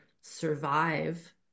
survive